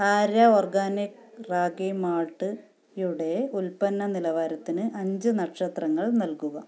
Arya organic ragi malt യുടെ ഉൽപ്പന്ന നിലവാരത്തിന് അഞ്ച് നക്ഷത്രങ്ങൾ നൽകുക